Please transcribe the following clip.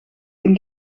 een